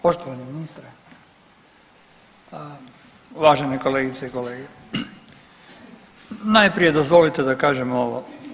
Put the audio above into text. Poštovani ministre, uvažene kolegice i kolege najprije dozvolite da kažem ovo.